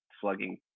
slugging